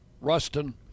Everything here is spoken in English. Ruston